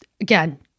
again